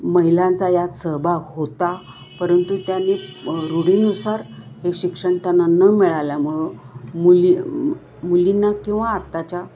महिलांचा यात सहभाग होता परंतु त्याने रूढीनुसार हे शिक्षण त्यांना न मिळाल्यामुळं मुली मुलींना किंवा आत्ताच्या